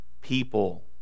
people